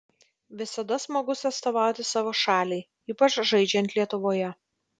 visada smagus atstovauti savo šaliai ypač žaidžiant lietuvoje